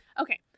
Okay